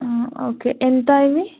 okay ఎంత అవి